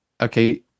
okay